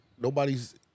nobody's